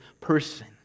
person